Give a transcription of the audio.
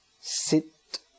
sit